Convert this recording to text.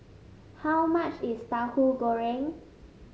how much is Tahu Goreng